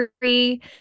three